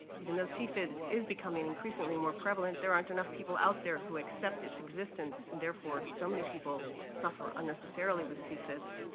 even though cfids is becoming increasingly more prevalent, there aren't enough people out there who accept its existence, and therefore, so many people suffer unnecessarily with cfids.